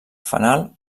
fanal